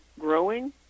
growing